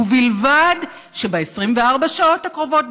ובלבד שב-24 שעות הקרובות,